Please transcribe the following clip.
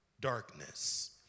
darkness